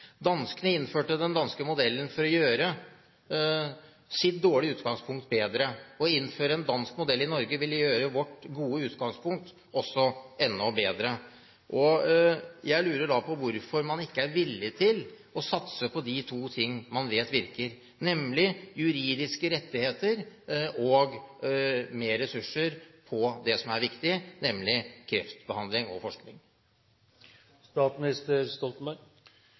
Danskene innførte den danske modellen for å gjøre sitt dårlige utgangspunkt bedre. Å innføre en dansk modell i Norge ville også gjøre vårt gode utgangspunkt enda bedre. Da lurer jeg på hvorfor man ikke er villig til å satse på de to tingene man vet virker, nemlig juridiske rettigheter og mer ressurser til det som er viktig – kreftbehandling og